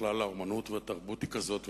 ובכלל האמנות והתרבות הן כאלה,